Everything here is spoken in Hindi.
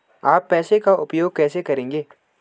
आप पैसे का उपयोग कैसे करेंगे?